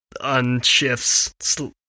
Unshifts